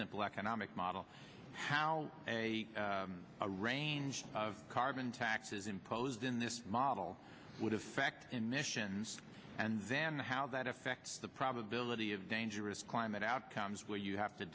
simple economic model how a range of carbon taxes imposed in this model would have fact emissions and then how that affects the probability of dangerous climate outcomes where you have to